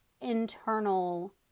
internal